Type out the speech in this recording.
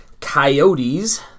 Coyotes